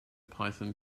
python